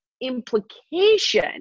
implication